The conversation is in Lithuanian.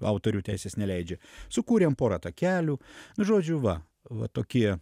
autorių teisės neleidžia sukūrėm porą takelių nu žodžiu va va tokie